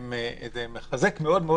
זה מחזק מאוד.